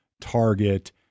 target